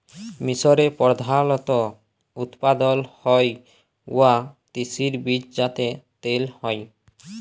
মিসরে প্রধালত উৎপাদল হ্য়ওয়া তিসির বীজ যাতে তেল হ্যয়